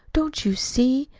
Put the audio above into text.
don't you see?